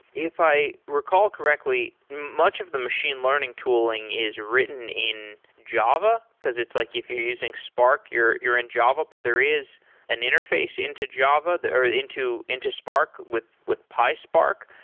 if i recall correctly, much of the machine learning tooling is written in java, because it's like if you're using spark, you're you're in java, but there is an interface into java or into into spark with with pi spark.